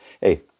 hey